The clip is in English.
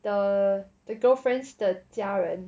the the girlfriend's 的家人